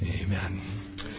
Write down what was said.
Amen